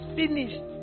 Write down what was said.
finished